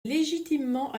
légitimement